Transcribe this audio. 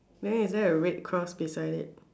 then is there a red cross beside it